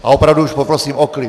Opravdu už poprosím o klid.